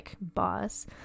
boss